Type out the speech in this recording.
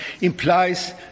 implies